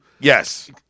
Yes